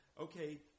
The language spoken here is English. Okay